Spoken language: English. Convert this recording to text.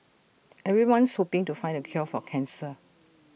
everyone's hoping to find the cure for cancer